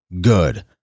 good